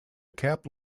cap